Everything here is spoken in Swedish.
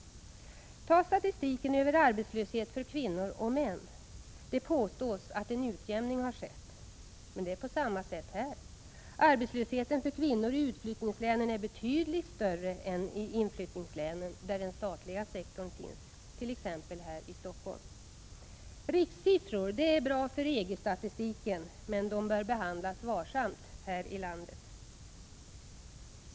Ta statistiken över arbetslöshet för kvinnor resp. män! Det påstås att en utjämning har skett, men det är på samma sätt här. Arbetslösheten för kvinnor i utflyttningslänen är betydligt större än i inflyttningslänen, där den statliga sektorn finns, t.ex. här i Stockholm. Rikssiffror är bra för EG-statistiken, men de bör behandlas varsamt här i landet.